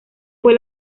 fue